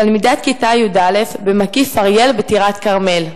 תלמידת כיתה י"א ב"מקיף אריאל" בטירת-כרמל.